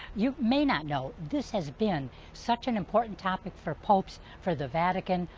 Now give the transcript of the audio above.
you may not know, this has been such an important topic for folks for the vatican,